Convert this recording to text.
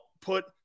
put